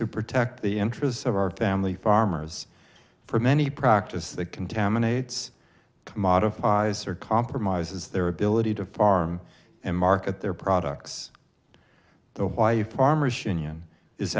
who protect the interests of our family farmers from any practices that contaminates commodifies or compromises their ability to farm and market their products the wife farmers union is